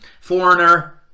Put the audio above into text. Foreigner